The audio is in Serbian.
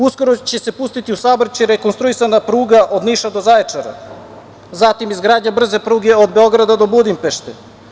Uskoro će se pustiti u saobraćaj rekonstruisana pruga od Niša do Zaječara, zatim izgradnja brze pruge od Beograda do Budimpešte.